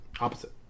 opposite